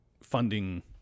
funding